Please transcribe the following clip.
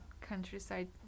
Countryside